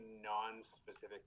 non-specific